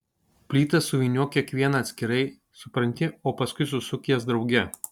plytas suvyniok kiekvieną atskirai supranti o paskui susuk jas drauge